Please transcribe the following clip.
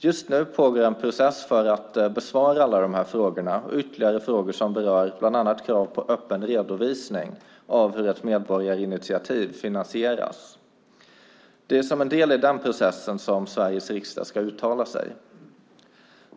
Just nu pågår en process för att besvara alla de här frågorna och ytterligare frågor som berör bland annat krav på öppen redovisning av hur ett medborgarinitiativ finansieras. Det är som en del i den processen som Sveriges riksdag ska uttala sig.